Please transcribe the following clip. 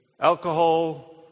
alcohol